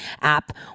app